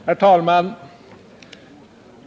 Herr talman!